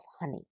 honey